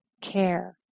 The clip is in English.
care